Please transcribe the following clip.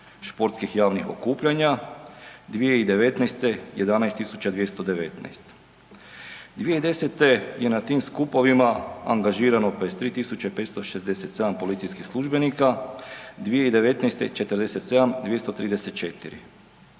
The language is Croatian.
športskih javnih okupljanja, 2019. 11.219, 2010. je na tim skupovima angažirano 23.567 policijskih službenika, 2019. 47.234,